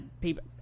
people